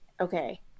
okay